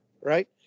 right